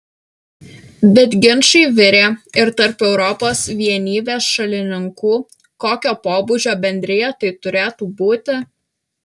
bet ginčai virė ir tarp europos vienybės šalininkų kokio pobūdžio bendrija tai turėtų būti